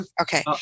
Okay